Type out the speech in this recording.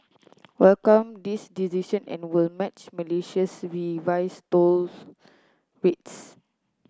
welcome this decision and will match Malaysia's revise toll rates